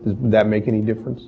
that make any difference